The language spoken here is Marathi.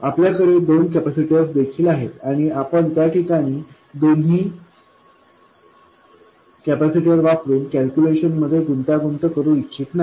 आणि आपल्याकडे दोन कॅपेसिटर देखील आहेत आणि आपण त्या ठिकाणी दोन्ही कॅपेसिटर वापरून कॅल्क्युलेशन मध्ये गुंतागुंत करू इच्छित नाही